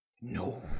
No